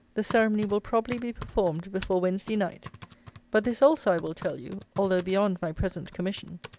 the ceremony will probably be performed before wednesday night but this, also, i will tell you, although beyond my present commission,